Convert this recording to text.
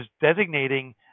designating